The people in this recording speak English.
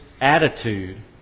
attitude